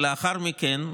לאחר מכן,